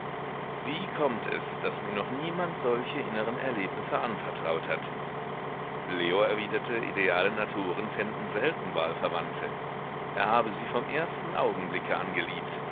wie kommt es daß mir noch niemand solche innere erlebnisse anvertraut hat leo erwiderte ideale naturen fänden selten wahlverwandte er habe sie vorn ersten augenblicke